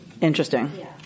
Interesting